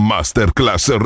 Masterclass